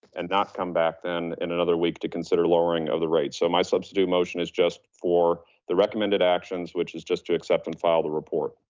and not come back then in another week to consider lowering of the rate. so my substitute motion is just for the recommended actions, which is just to accept and file the report.